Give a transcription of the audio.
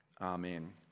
Amen